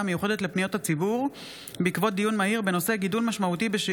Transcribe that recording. המיוחדת לפניות הציבור בעקבות דיון מהיר בהצעתם של